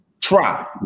try